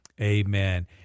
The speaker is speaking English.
Amen